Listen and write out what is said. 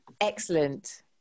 Excellent